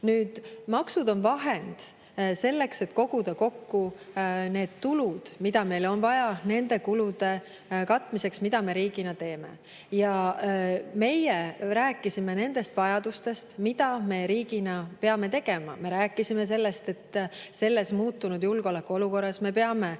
küsi. Maksud on vahend selleks, et koguda kokku need tulud, mida meil on vaja nende kulude katmiseks, mida me riigina teeme. Ja meie rääkisime nendest vajadustest, mida me riigina peame tegema. Me rääkisime sellest, et selles muutunud julgeolekuolukorras me peame